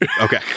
Okay